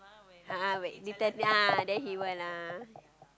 a'ah you tell ah then he will